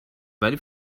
ولی